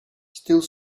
still